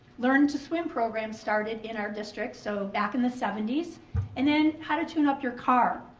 learn to swim programs started in our district, so back in the seventy s. and then how to tune up your car.